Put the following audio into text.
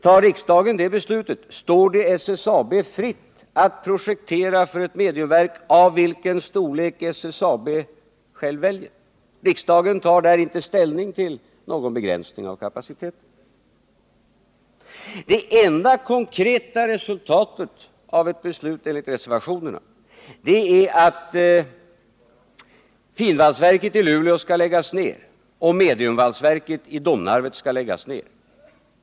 Tar riksdagen det beslutet, står det SSAB fritt att projektera för ett mediumverk av vilken storlek SSAB själv väljer. Riksdagen tar inte ställning till någon begränsning av kapaciteten. Det enda konkreta resultatet av ett beslut enligt reservationerna är att finvalsverket i Luleå och mediumvalsverket i Domnarvet skall läggas ned.